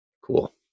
Cool